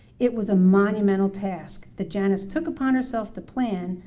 it was a monumental task that janice took upon herself to plan,